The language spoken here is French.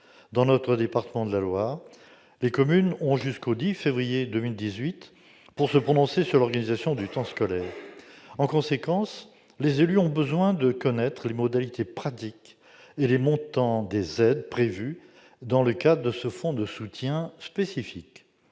Dans notre département de la Loire, les communes ont jusqu'au 10 février 2018 pour se prononcer sur l'organisation du temps scolaire. En conséquence, les élus ont besoin de connaître les modalités pratiques et les montants des aides prévues dans le cadre de ce fonds de soutien spécifique.